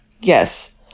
Yes